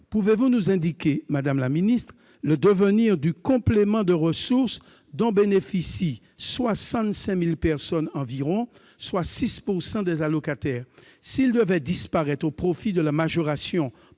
pouvez-vous nous indiquer, madame la secrétaire d'État, le devenir du complément de ressources dont bénéficient 65 000 personnes environ, soit 6 % des allocataires ? S'il devait disparaître au profit de la majoration